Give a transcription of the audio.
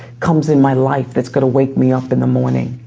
comes in my life that's going to wake me up in the morning.